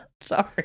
Sorry